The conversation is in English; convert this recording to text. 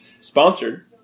Sponsored